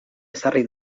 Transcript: ezarri